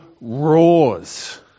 roars